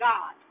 God